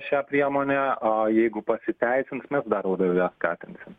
šią priemonę o jeigu pasiteisins mes dar labiau ją skatinsim